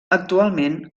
actualment